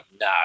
no